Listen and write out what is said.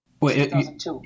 Wait